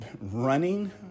running